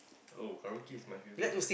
oh karaoke is my favourite